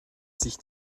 sich